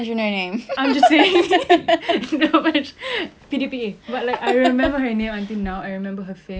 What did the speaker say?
P_D_P_A but I remember her name until now I remember her face I saw her before actually okay but we're not gonna talk about that